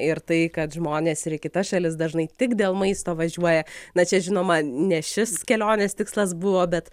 ir tai kad žmonės ir į kitas šalis dažnai tik dėl maisto važiuoja na čia žinoma ne šis kelionės tikslas buvo bet